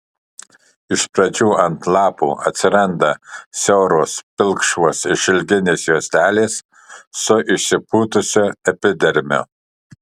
iš pradžių ant lapų atsiranda siauros pilkšvos išilginės juostelės su išsipūtusiu epidermiu